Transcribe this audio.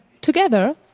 together